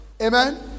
Amen